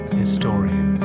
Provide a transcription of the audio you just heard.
historian